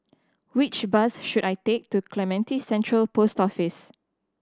which bus should I take to Clementi Central Post Office